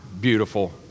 beautiful